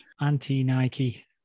anti-Nike